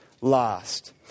last